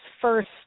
first